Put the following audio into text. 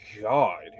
God